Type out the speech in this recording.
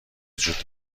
وجود